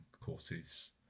courses